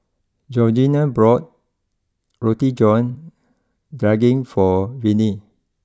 Georgeanna bought Roti John Daging for Vinie